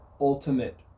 ultimate